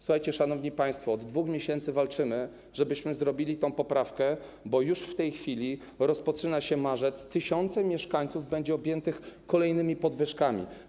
Słuchajcie, szanowni państwo, od 2 miesięcy walczymy, żeby wprowadzić tę poprawkę, bo w tej chwili rozpoczyna się już marzec i tysiące mieszkańców będzie objętych kolejnymi podwyżkami.